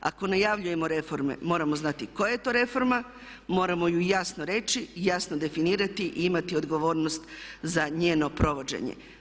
Ako najavljujemo reforme moramo znati i koja je to reforma, moramo ju jasno reći i jasno definirati i imati odgovornost za njeno provođenje.